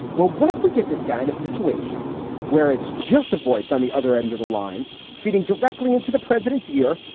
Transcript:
well, what if we get this guy in a situation where it's just a voice on the other end of the line feeding directly into the president's ear?